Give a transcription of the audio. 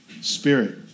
spirit